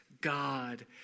God